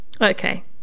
Okay